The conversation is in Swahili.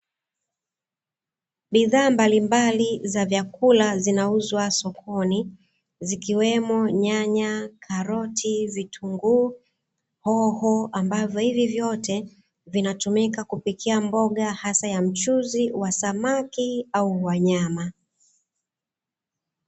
Bidhaa mbalimbali za vyakula zinauzwa sokoni zikiwemo nyaya, karoti, vitunguu, hoho ambavyo hivi vyote vinatumika kupikia mboga hasa ya mchuzi wa samaki au wa nyama.